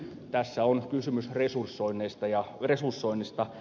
tässä on kysymys resursoinnista